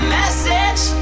message